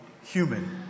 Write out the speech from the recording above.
human